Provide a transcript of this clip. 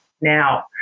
now